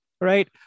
right